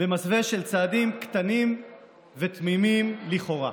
במסווה של צעדים קטנים ותמימים לכאורה,